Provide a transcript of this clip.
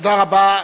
תודה רבה.